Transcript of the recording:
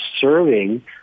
serving